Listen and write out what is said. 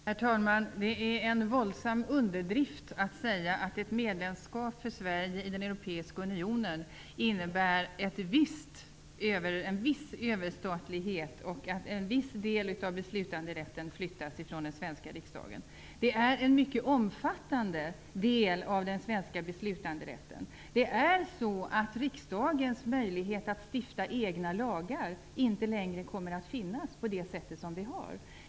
Herr talman! Det är en våldsam underdrift att säga att ett medlemskap för Sverige i den europeiska unionen innebär en viss överstatlighet och att en viss del av beslutanderätten flyttas från den svenska riksdagen. Det är en mycket omfattande del av den svenska beslutanderätten. Riksdagen kommer inte längre att ha möjlighet att stifta egna lagar på det sätt som vi nu har.